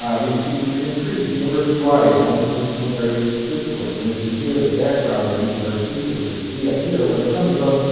we seek to ah increase university-wide multidisciplinary discourse. and as you hear the background of each of our speakers or you see up here where they're coming from,